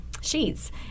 sheets